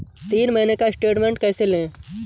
तीन महीने का स्टेटमेंट कैसे लें?